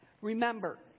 remember